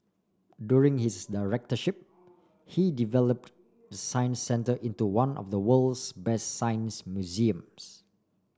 during his directorship he develop the Science Centre into one of the world's best science museums